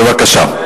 בבקשה.